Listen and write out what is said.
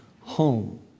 home